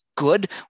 good